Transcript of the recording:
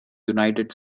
united